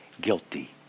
guilty